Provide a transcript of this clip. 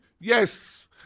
Yes